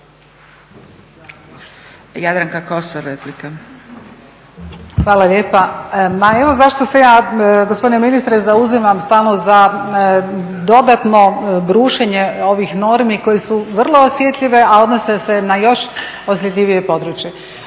Hvala lijepa. Ma evo zašto se ja gospodine ministre zauzimam stalno za dodatno brušenje ovih normi koje su vrlo osjetljive a odnose se na još osjetljivije područje